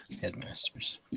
Headmasters